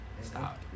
stop